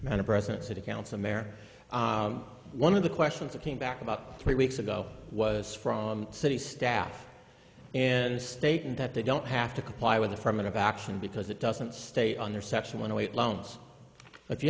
the president city council mer one of the questions that came back about three weeks ago was from city staff and stating that they don't have to comply with affirmative action because it doesn't stay under section one way it loans if you